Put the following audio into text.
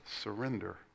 surrender